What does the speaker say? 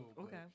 Okay